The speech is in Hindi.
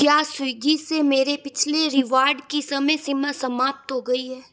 क्या स्विग्गी से मेरे पिछले रिवॉर्ड की समय सीमा समाप्त हो गई है